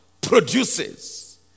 produces